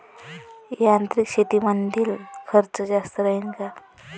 यांत्रिक शेतीमंदील खर्च जास्त राहीन का?